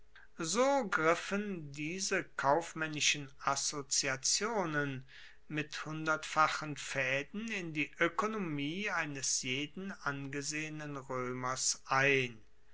so griffen diese kaufmaennischen assoziationen mit hundertfachen faeden in die oekonomie eines jeden angesehenen roemers ein